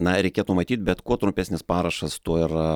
na reikėtų matyt bet kuo trumpesnis parašas tuo yra